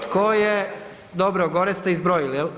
Tko je, dobro gore ste izbrojili, jel?